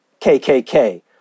KKK